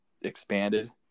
expanded